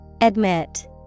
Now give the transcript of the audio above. admit